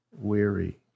weary